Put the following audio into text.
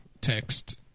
text